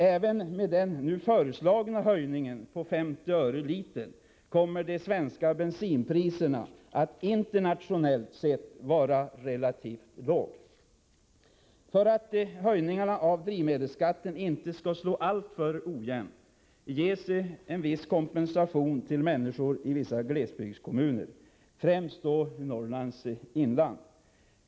Även med den nu föreslagna höjningen på 50 öre litern kommer de svenska bensinpriserna att internationellt sett vara relativt låga. För att höjningarna av drivmedelsskatten inte skall slå alltför ojämnt ges en viss kompensation till människor i vissa glesbygdskommuner, främst Norrlands inland.